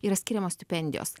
yra skiriamos stipendijos